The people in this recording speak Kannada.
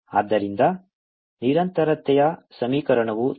ಆದ್ದರಿಂದ ನಿರಂತರತೆಯ ಸಮೀಕರಣವು ತೃಪ್ತಿಗೊಂಡಿದೆ